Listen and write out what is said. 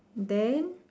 then